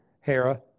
Hera